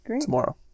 tomorrow